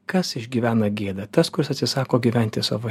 kas išgyvena gėdą tas kuris atsisako gyventi savo